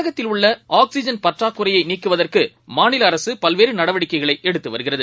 தமிழகத்தில் உள்ள ஆக்சிற்றன் பற்றாக்குறையைநீக்குவதற்குமாநிலஅரசுபல்வேறுநடவடிக்கைகளைஎடுத்துவருகிறது